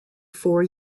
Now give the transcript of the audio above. four